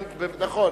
נכון,